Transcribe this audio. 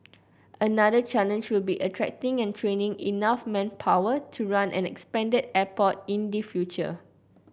another challenge will be attracting and training enough manpower to run an expanded airport in the future